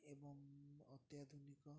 ଏବଂ ଅତ୍ୟାଧୁନିକ